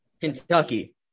Kentucky